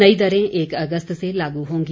नई दरें एक अगस्त से लागू होंगी